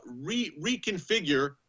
reconfigure